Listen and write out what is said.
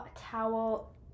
towel